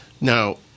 Now